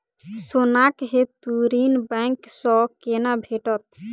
सोनाक हेतु ऋण बैंक सँ केना भेटत?